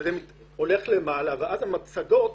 זה עולה למעלה ואז המצגות